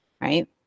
right